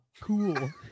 cool